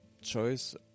choice